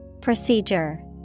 Procedure